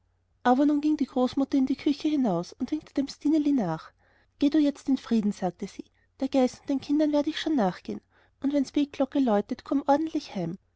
aber nun ging die großmutter in die küche hinaus und winkte dem stineli nach geh du jetzt in frieden sagte sie der geiß und den kindern will ich schon nachgehen und wenn's betglocke läutet kommt ordentlich heim